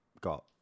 got